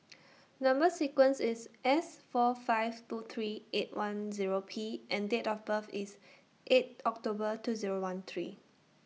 Number sequence IS S four five two three eight one Zero P and Date of birth IS eight October two Zero one three